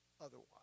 otherwise